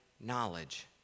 knowledge